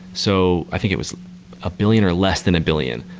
so i think it was a billion or less than a billion.